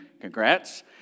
congrats